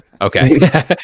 Okay